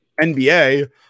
NBA